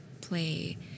play